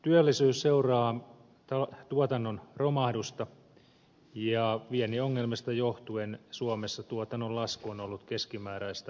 työllisyys seuraa tuotannon romahdusta ja viennin ongelmista johtuen suomessa tuotannon lasku on ollut keskimääräistä pahempi